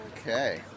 Okay